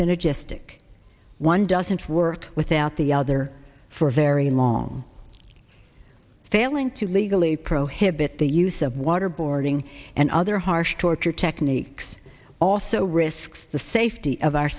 synergistic one doesn't work without the other for very long failing to legally prohibit the use of waterboarding and other harsh torture techniques also risks the safety of our